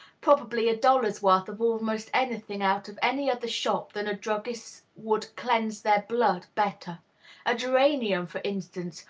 probably a dollar's worth of almost any thing out of any other shop than a druggist's would cleanse their blood better a geranium, for instance,